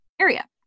area